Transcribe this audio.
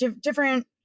different